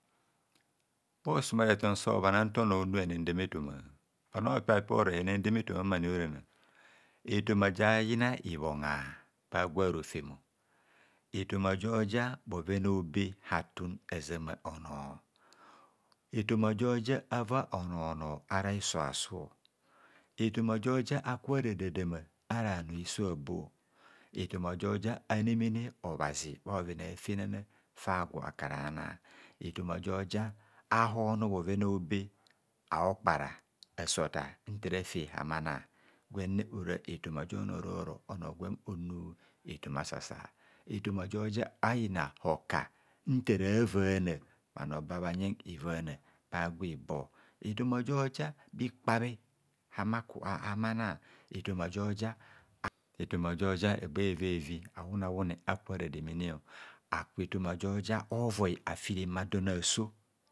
Bho sumareton so bhana nta onor onu henrndeme efoma, onor opibha pib oro henendeme efomam ojo ra bhon efoma ja yina ibhongha bhagwa rofemo, efoma jo ja bhoven a'obe hatun azama onor efoma jo ja ava onor honor ara hiso asu, efoma joja aku bha radadama ara bhanor hiso abo, efoma jo ja anemene obhazi. Ha bhoven a'fenana fa'gwo akarana efoma joja ahonor bhoven a'obe a'hokpara ase otar nta rafe hamanar gwennr morora efoma ja onor onubhoro onu efoma a'sasa’ efoma jo ja ayina hokar ntara vana bhanor babhayen evana bhagwa ibor efoma joja bhikpabhe ama kubha ama na, efoma joja efoma joja bhaegba evrvu awune aku bha rademene aku efoma joja ovoi afi remadon aso